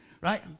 right